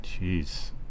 Jeez